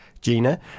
Gina